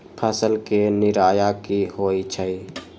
फसल के निराया की होइ छई?